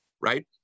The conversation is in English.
right